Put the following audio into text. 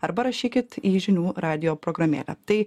arba rašykit į žinių radijo programėlę tai